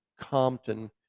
Compton